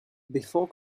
before